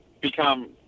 become